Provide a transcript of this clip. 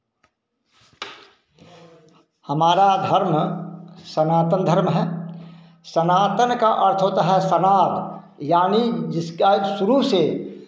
हमारा धर्म सनातन धर्म है सनातन का अर्थ होता है सनाद यानी जिसका एक शुरू से